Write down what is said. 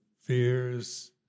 fears